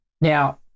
Now